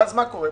ואז מה קורה?